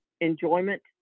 enjoyment